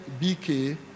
BK